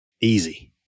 Easy